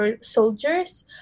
soldiers